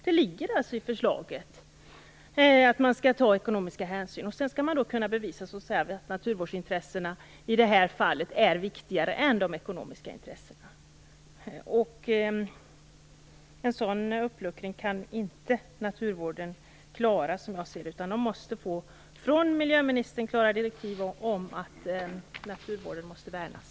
Det ligger alltså i förslaget att man skall ta ekonomiska hänsyn, och sedan skall man kunna bevisa att naturvårdsintressena i det här fallet är viktigare än de ekonomiska intressena. En sådan uppluckring kan inte naturvården klara, som jag ser det, utan det måste ges klara direktiv från miljöministern om att naturvården måste värnas.